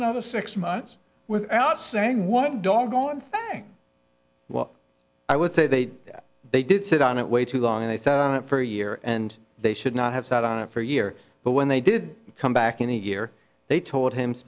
another six months without saying one doggone thing well i would say that they did sit on it way too long and they sat on it for a year and they should not have sat on it for a year but when they did come back in a year they told him